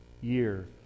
year